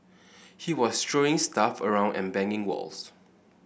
he was throwing stuff around and banging walls